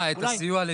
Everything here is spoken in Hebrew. את מה, את הסיוע לדיור?